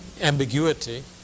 ambiguity